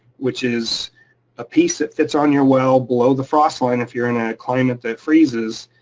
which is a piece that fits on your well below the frost line if you're in a climate that freezes,